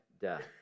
death